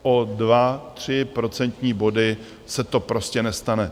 O dva, tři procentní body se to prostě nestane.